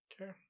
Okay